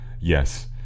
yes